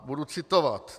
Budu citovat.